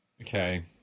Okay